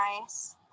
nice